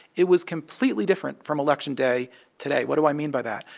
it was completely different from election day today what do i mean by that?